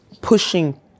pushing